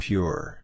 Pure